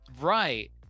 Right